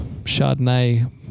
Chardonnay